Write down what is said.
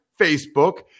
Facebook